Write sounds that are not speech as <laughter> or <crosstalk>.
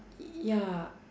<noise> ya